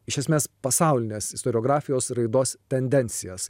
iš esmės pasaulines istoriografijos raidos tendencijas